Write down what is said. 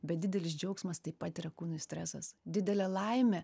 bet didelis džiaugsmas taip pat yra kūnui stresas didelė laimė